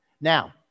Now